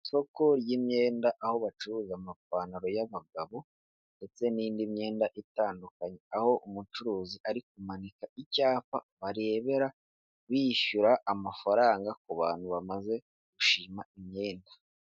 Isoko ry'imyenda, aho bacuruza amapantaro y'abagabo, ndetse n'indi myenda itandukanye, aho umucuruzi ari kumanika icyapa barebera biyishyura amafaranga ku bantu bamaze gushima imyenda.